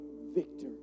victor